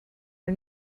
are